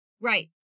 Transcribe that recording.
Right